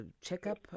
checkup